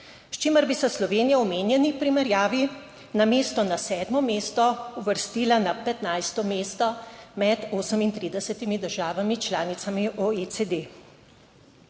s čimer bi se Slovenija v omenjeni primerjavi namesto na 7. mesto uvrstila na 15. mesto med 38 državami članicami OECD.